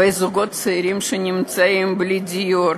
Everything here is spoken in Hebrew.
וזוגות צעירים בלי דיור?